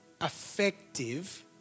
Effective